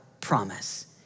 promise